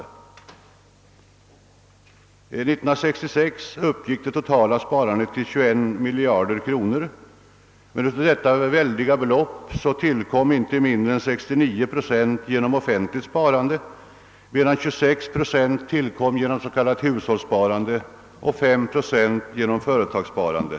År 1966 uppgick det totala sparandet till 21 miljarder kronor, men av detta väldiga belopp tillkom inte mindre än 69 procent genom offentligt sparande, medan 26 procent tillkom genom s.k. hushållssparande och 5 procent genom företagssparande.